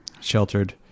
sheltered